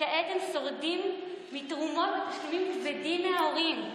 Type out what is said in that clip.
וכעת הם שורדים מתרומות ותשלומים כבדים מההורים.